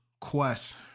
quest